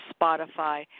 Spotify